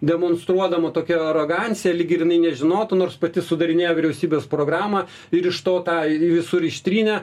demonstruodama tokią aroganciją lyg jinai nežinotų nors pati sudarinėjo vyriausybės programą ir iš to tą visur ištrynė